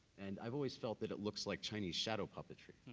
and i've always felt that it looks like chinese shadow puppetry.